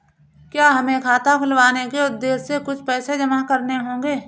क्या हमें खाता खुलवाने के उद्देश्य से कुछ पैसे जमा करने होंगे?